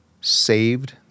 saved